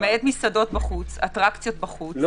למעט מסעדות בחוץ, אטרקציות בחוץ,